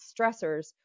stressors